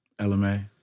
LMA